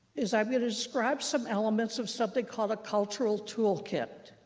is i'm going to describe some elements of something called a cultural toolkit,